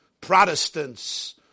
Protestants